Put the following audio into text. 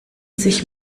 sich